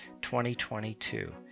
2022